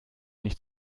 nicht